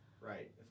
right